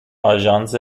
آژانس